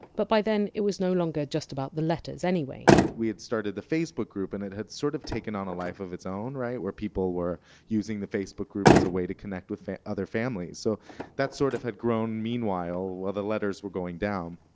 but by then, it was no longer just about the letters anyway. we had started a facebook group, and it had sort of taken on a life of its own where people were using the facebook group as a way to connect with other families. so that sort of had grown meanwhile, while the letters were going down.